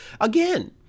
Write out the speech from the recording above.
again